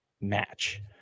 match